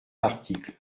l’article